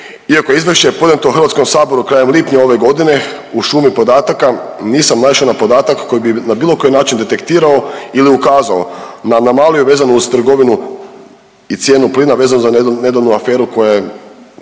Iako je izvješće podnijeto Hrvatskom saboru krajem lipnja ove godine u šumi podataka nisam naišao na podatak koji bi na bilo koji način detektirao ili ukazao na anomaliju vezanu uz trgovinu i cijenu plina vezano za nedavnu aferu koja